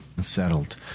settled